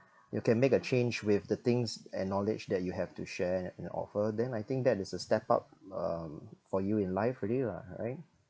you can make a change with the things and knowledge that you have to share and offer then I think that is a step up um for you in life already lah right